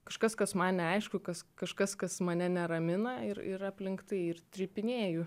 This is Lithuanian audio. kažkas kas man neaišku kas kažkas kas mane neramina ir yra aplink tai ir trypinėju